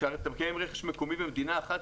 כשאתה מקיים מקומי במדינה אחת,